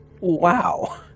wow